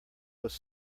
was